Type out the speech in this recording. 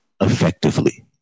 effectively